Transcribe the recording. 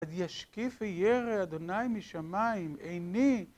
עד ישקיף וירא אדוני משמיים, איני